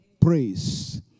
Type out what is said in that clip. Praise